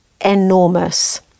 enormous